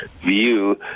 view